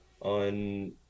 on